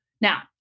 Now